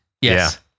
Yes